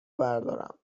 بردارم